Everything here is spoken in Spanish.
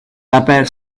upper